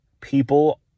people